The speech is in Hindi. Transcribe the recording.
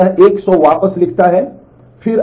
तो यह 100 वापस लिखता है